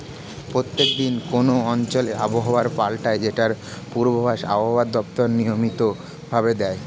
প্রত্যেক দিন কোন অঞ্চলে আবহাওয়া পাল্টায় যেটার পূর্বাভাস আবহাওয়া দপ্তর নিয়মিত ভাবে দেয়